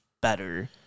better